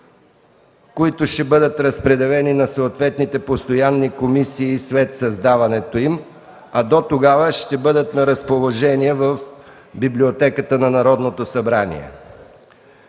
които ще бъдат разпределени на съответните постоянни комисии след създаването им. Дотогава ще бъдат на разположение в Библиотеката на Народното събрание.